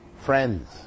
Friends